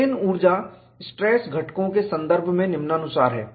strain ऊर्जा stress घटकों के संदर्भ में निम्नानुसार है